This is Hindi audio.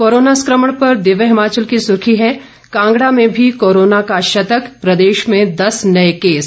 कोरोना संक्रमण पर दिव्य हिमाचल की सुर्खी है कांगड़ा में भी कोरोना का शतक प्रदेश में दस नए केस